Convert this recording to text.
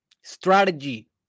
strategy